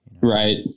Right